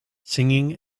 singing